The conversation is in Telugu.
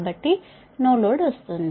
కాబట్టి నో లోడ్ వస్తుంది